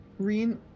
Reen